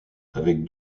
avec